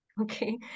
Okay